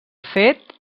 fet